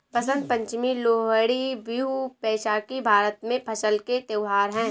बसंत पंचमी, लोहड़ी, बिहू, बैसाखी भारत में फसल के त्योहार हैं